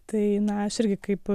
tai na aš irgi kaip